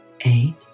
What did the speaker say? eight